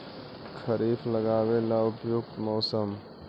खरिफ लगाबे ला उपयुकत मौसम?